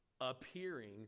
appearing